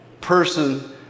person